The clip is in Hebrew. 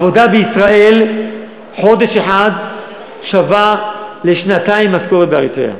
שכר עבודה בישראל במשך חודש אחד שווה לשנתיים משכורת באריתריאה.